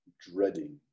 dreading